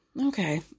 okay